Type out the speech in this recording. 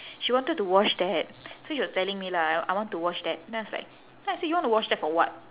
she wanted to wash that so she was telling me lah I I want to wash that then I was like I then I say you want to wash that for what